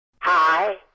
Hi